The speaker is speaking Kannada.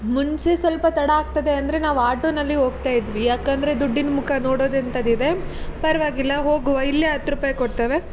ಮುಂಚೆ ಸ್ವಲ್ಪ ತಡ ಆಗ್ತದೆ ಅಂದರೆ ನಾವು ಆಟೋನಲ್ಲಿ ಹೋಗ್ತಾ ಇದ್ವಿ ಯಾಕಂದರೆ ದುಡ್ಡಿನ ಮುಖ ನೋಡೋದೆಂಥದ್ದು ಇದೆ ಪರವಾಗಿಲ್ಲ ಹೋಗುವ ಇಲ್ಲೇ ಹತ್ತು ರೂಪಾಯಿ ಕೊಡ್ತೇವೆ